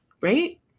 Right